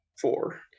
four